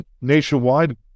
nationwide